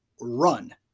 run